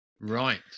Right